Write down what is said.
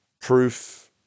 proof